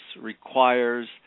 requires